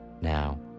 now